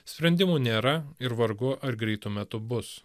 sprendimų nėra ir vargu ar greitu metu bus